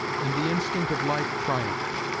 and the instinct of life triumphed.